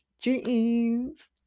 Dreams